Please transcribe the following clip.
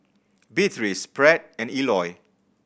Beatriz Pratt and Eloy